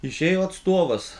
išėjo atstovas